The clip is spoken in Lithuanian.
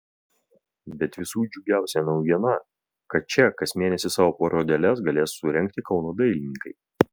bet visų džiugiausia naujiena kad čia kas mėnesį savo parodėles galės surengti kauno dailininkai